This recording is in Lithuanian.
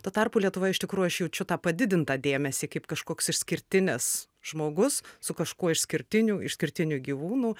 tuo tarpu lietuvoje iš tikrųjų aš jaučiu tą padidintą dėmesį kaip kažkoks išskirtinis žmogus su kažkuo išskirtiniu išskirtiniu gyvūnu